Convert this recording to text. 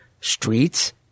streets